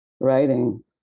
writing